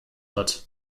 hat